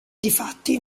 difatti